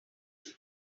them